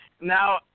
Now